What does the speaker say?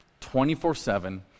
24-7